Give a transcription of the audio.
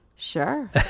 Sure